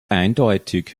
eindeutig